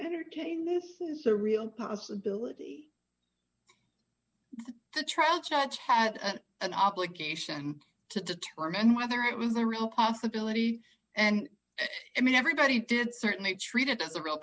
entertain this is the real possibility that the trial judge had an obligation to determine whether it was a real possibility and i mean everybody did certainly treat it as a real